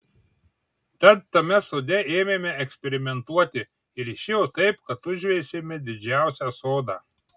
tad tame sode ėmėme eksperimentuoti ir išėjo taip kad užveisėme didžiausią sodą